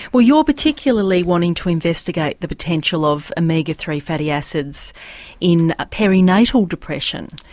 well you're particularly wanting to investigate the potential of omega three fatty acids in perinatal depression.